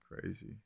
crazy